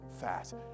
fast